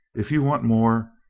if you want more,